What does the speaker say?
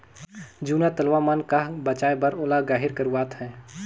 जूना तलवा मन का बचाए बर ओला गहिर करवात है